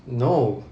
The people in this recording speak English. no